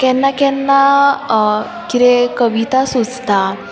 केन्ना केन्ना कितें कविता सुचता